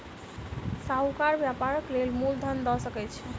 साहूकार व्यापारक लेल मूल धन दअ सकै छै